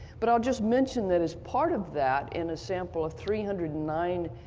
but i'll just mention that as part of that, in a sample of three hundred and nine